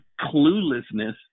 cluelessness